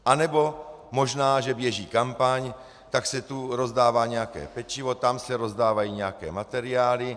Anebo možná že běží kampaň, tak se tu rozdává nějaké pečivo, tam se rozdávají nějaké materiály.